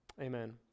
Amen